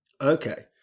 Okay